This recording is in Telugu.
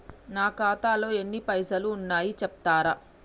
నా ఖాతాలో ఎన్ని పైసలు ఉన్నాయి చెప్తరా?